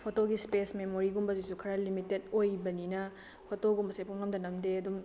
ꯐꯣꯇꯣꯒꯤ space ꯃꯦꯃꯣꯔꯤꯒꯨꯝꯕꯁꯤꯁꯨ ꯈꯔ limited ꯑꯣꯏꯕꯅꯤꯅ ꯐꯣꯇꯣꯒꯨꯝꯕꯁꯦ ꯄꯨꯡꯅꯝꯗ ꯅꯝꯗꯦ ꯑꯗꯨꯝ